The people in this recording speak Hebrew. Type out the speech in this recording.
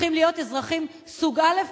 צריכים להיות אזרחים סוג א',